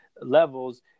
levels